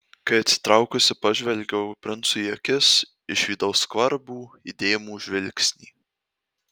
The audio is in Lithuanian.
kai atsitraukusi pažvelgiau princui į akis išvydau skvarbų įdėmų žvilgsnį